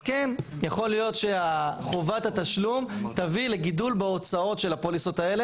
אז כן יכול להיות שחובת התשלום תביא לגידול בהוצאות של הפוליסות האלה.